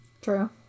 True